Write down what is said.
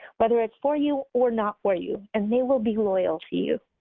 whether it's for you or not for you, and they will be loyal to you.